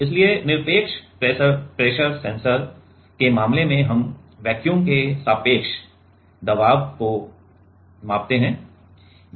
इसलिए निरपेक्ष pressure sensor के मामले में हम वैक्यूम के सापेक्ष दबाव को मापते हैं